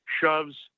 shoves